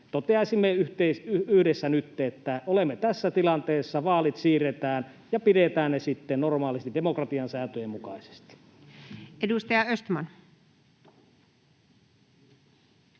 toteaisimme nyt yhdessä, että olemme tässä tilanteessa: vaalit siirretään, ja ne pidetään sitten normaalisti demokratian sääntöjen mukaisesti. Edustaja Östman.